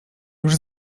już